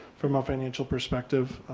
from a financial perspective.